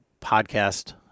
podcast